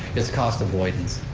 it's cost avoidance,